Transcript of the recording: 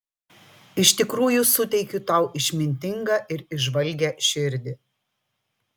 iš tikrųjų suteikiu tau išmintingą ir įžvalgią širdį